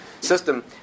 system